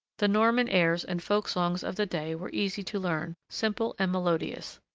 the norman airs and folk-songs of the day were easy to learn, simple and melodious.